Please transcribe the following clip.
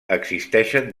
existeixen